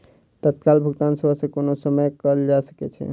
तत्काल भुगतान सेवा कोनो समय कयल जा सकै छै